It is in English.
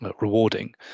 rewarding